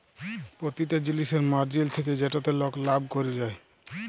পতিটা জিলিসের মার্জিল থ্যাকে যেটতে লক লাভ ক্যরে যায়